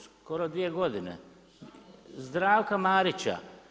Skoro dvije godine, Zdravka Marića.